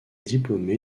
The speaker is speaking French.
diplômé